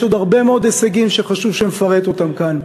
יש עוד הרבה מאוד הישגים שחשוב שנפרט אותם כאן.